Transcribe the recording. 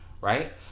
right